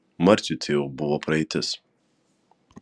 marciui tai jau buvo praeitis